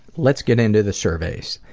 let's get into the surveys.